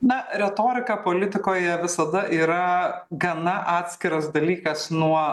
na retorika politikoje visada yra gana atskiras dalykas nuo